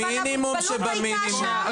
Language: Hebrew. אבל המוגבלות הייתה שם,